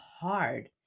hard